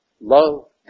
Love